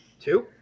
Two